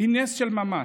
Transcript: היא נס של ממש,